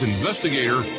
Investigator